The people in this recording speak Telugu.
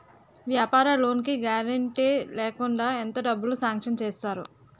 వ్యాపార లోన్ కి గారంటే లేకుండా ఎంత డబ్బులు సాంక్షన్ చేస్తారు?